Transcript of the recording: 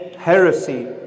Heresy